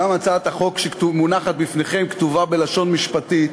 גם הצעת החוק שמונחת בפניכם כתובה בלשון משפטית.